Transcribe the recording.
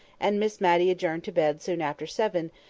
and miss matty adjourned to bed soon after seven,